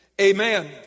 amen